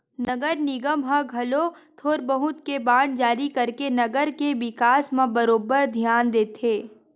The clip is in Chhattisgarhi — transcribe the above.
नगर निगम ह घलो थोर बहुत के बांड जारी करके नगर के बिकास म बरोबर धियान देथे